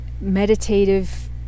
meditative